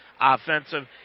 offensive